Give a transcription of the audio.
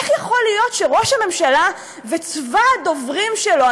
איך יכול להיות שראש הממשלה וצבא הדוברים שלו,